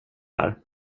här